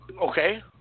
Okay